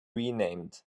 renamed